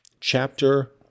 chapter